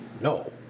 No